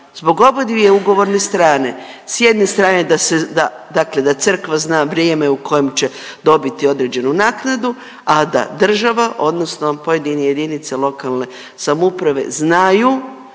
zbog oba dvije ugovorne strane. A s jedne strane, da se, dakle da Crkva zna vrijeme u kojem će dobiti određenu naknadu, a da država odnosno pojedine jedinice lokalne samouprave znaju